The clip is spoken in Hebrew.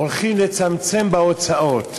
הולכים לצמצם בהוצאות.